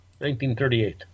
1938